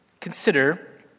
Consider